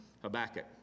Habakkuk